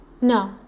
No